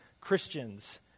Christians